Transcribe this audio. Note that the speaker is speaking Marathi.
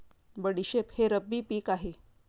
बडीशेप हे रब्बी पिक आहे